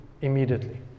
immediately